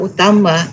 Utama